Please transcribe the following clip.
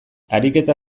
ariketa